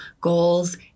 goals